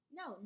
no